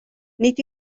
nid